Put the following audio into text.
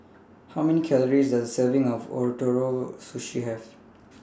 How Many Calories Does A Serving of Ootoro Sushi Have